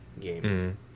game